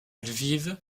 lviv